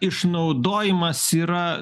išnaudojimas yra